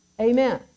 Amen